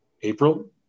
April